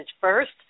first